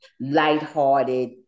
lighthearted